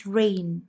rain